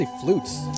flutes